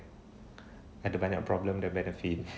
ada banyak problem than benefit